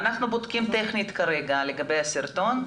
זה נבדק טכנית כרגע לגבי הסרטון.